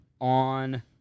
on